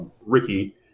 Ricky